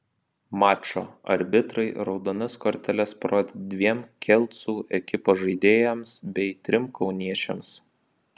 mačo arbitrai raudonas korteles parodė dviem kelcų ekipos žaidėjams bei trim kauniečiams